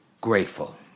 grateful